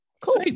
Cool